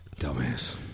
dumbass